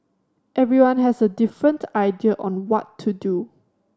everyone has a different idea on what to do